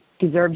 deserves